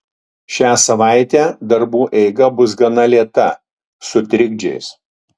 šią savaitę darbų eiga bus gana lėta su trikdžiais